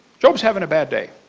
job is having a bad day.